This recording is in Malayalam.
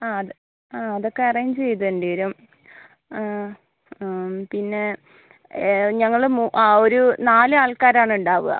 ആ അത് ആ അതൊക്കെ അറേഞ്ച് ചെയ്ത് തരേണ്ടി വരും ആ പിന്നെ ഞങ്ങൾ മു ആ ഒരു നാല് ആൾക്കാരാണ് ഉണ്ടാവുക